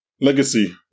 legacy